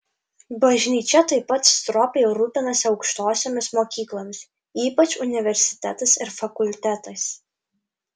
bažnyčia taip pat stropiai rūpinasi aukštosiomis mokyklomis ypač universitetais ir fakultetais